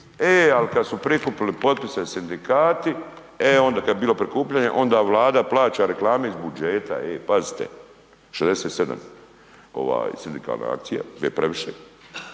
e al kada su prikupili potpise sindikati, e onda kad je bilo prikupljanje onda Vlada plaće reklame iz budžete, ej pazite, 67 sindikalna akcija je previše,